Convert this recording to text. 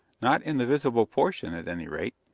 not in the visible portion, at any rate.